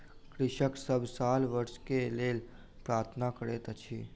कृषक सभ साल वर्षा के लेल प्रार्थना करैत अछि